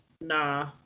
Nah